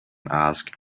asked